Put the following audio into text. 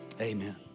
amen